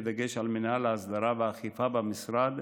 בדגש על מינהל ההסדרה והאכיפה במשרד,